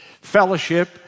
Fellowship